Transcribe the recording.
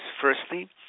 Firstly